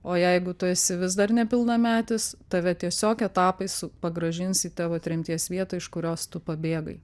o jeigu tu esi vis dar nepilnametis tave tiesiog etapais pagrąžins į tavo tremties vietą iš kurios tu pabėgai